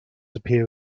appear